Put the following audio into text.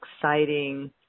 exciting